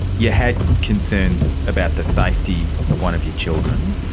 you had concerns about the safety of one of your children,